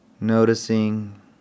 noticing